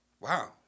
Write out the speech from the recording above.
Wow